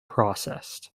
processed